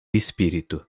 espírito